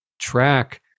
track